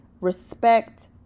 respect